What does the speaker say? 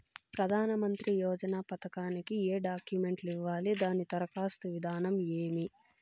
ప్రధానమంత్రి యోజన పథకానికి ఏ డాక్యుమెంట్లు ఇవ్వాలి దాని దరఖాస్తు విధానం ఏమి